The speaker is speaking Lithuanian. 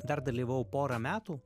dar dalyvavau porą metų